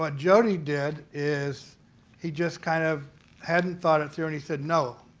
but jody did is he just kind of hadn't thought it through and he said, no,